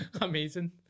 amazing